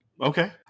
Okay